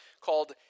called